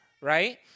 right